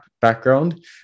background